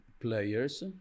players